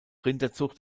rinderzucht